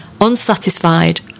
unsatisfied